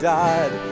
died